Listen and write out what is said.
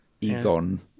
Egon